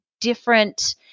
different